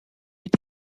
est